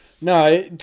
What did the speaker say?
No